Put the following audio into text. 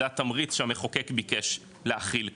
זה התמריץ שהמחוקק ביקש להכיל כאן,